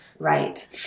Right